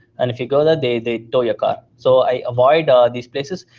and if you go there, they they tow your car. so i avoid ah these places.